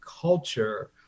culture